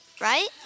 right